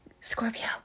Scorpio